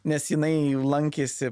nes jinai lankėsi